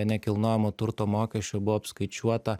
nekilnojamo turto mokesčio buvo apskaičiuota